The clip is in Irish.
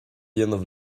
dhéanamh